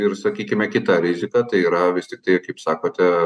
ir sakykime kita rizika tai yra vis tiktai kaip sakote